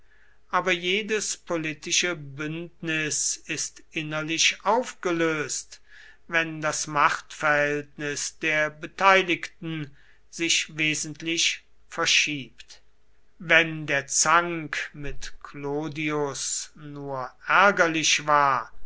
aber jedes politische bündnis ist innerlich aufgelöst wenn das machtverhältnis der beteiligten sich wesentlich verschiebt wenn der zank mit clodius nur ärgerlich war